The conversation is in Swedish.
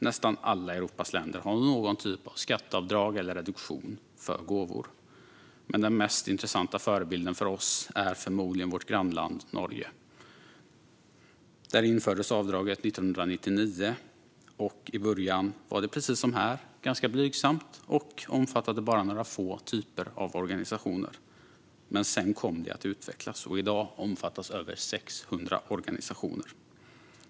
Nästan alla Europas länder har någon typ av skatteavdrag eller reduktion för gåvor, men den mest intressanta förebilden för oss är förmodligen vårt grannland Norge. Där infördes avdraget 1999. I början var det precis som här, ganska blygsamt och omfattade bara några få typer av organisationer, men sedan kom det att utvecklas. I dag omfattas över 600 organisationer.